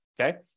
okay